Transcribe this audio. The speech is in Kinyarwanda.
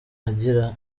agira